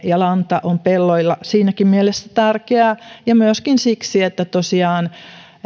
ja lanta on pelloilla siinäkin mielessä tärkeää ja myöskin siksi että tosiaan